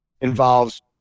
involves